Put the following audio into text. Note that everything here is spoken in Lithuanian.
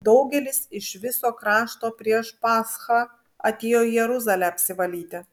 daugelis iš viso krašto prieš paschą atėjo į jeruzalę apsivalyti